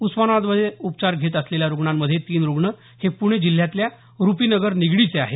उस्मानाबादमध्ये उपचार घेत असलेल्या रुग्णांमध्ये तीन रुग्ण हे पुणे जिल्ह्यातल्या रुपीनगर निगडीचे आहेत